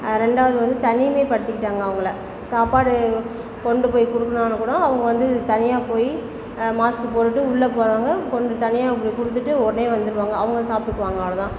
ரெண்டாவது வந்து தனிமை படுத்திக்கிட்டாங்க அவங்கள சாப்பாடு கொண்டு போய் கொடுக்குறவன கூட அவங்க வந்து தனியாக போய் மாஸ்க்கு போட்டுகிட்டு உள்ளே போகறவங்க கொஞ்சம் தனியாக போய் கொடுத்துட்டு உடனே வந்துவிடுவாங்க அவங்க சாப்பிட்டுவாங்க அவ்வளோ தான்